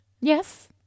Yes